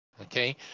okay